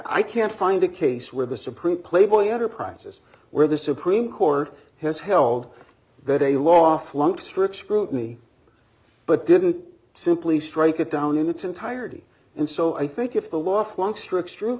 i can't find a case where the supreme playboy enterprises where the supreme court has held that a law flunked strict scrutiny but didn't simply strike it down in its entirety and so i think if the law flunk strict str